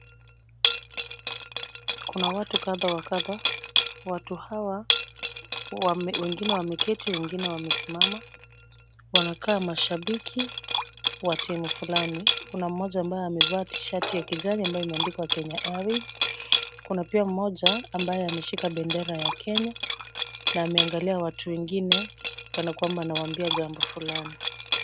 Kuna watu kadha wa kadha. Watu hawa wengine wameketi wengine wamesimama. Wanakaa mashabiki wa timu fulani. Kuna mmoja ambeye amevaa tishati ya kijani ambayo imeandikwa Kenya Airways. Kuna pia mmoja ambaye ameshika bendera ya Kenya na ameangalia watu wengine kana kwamba anawaambia jambo fulani.